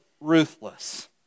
ruthless